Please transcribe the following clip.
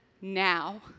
now